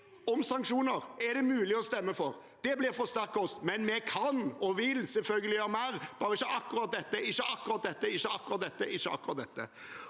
om sanksjoner, er det mulig å stemme for. Det blir for sterk kost. Vi kan og vil selvfølgelig gjøre mer, bare ikke akkurat dette, og ikke akkurat dette, og ikke akkurat dette, og ikke akkurat dette.